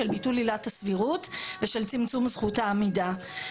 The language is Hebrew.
של ביטול עילת הסבירות ושל צמצום זכות העמידה.